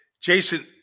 Jason